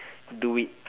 do it